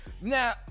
Now